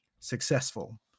successful